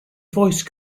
voice